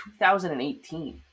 2018